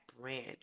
brand